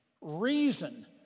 reason